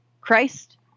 Christ